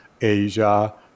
asia